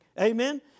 Amen